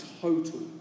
total